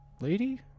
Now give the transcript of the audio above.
lady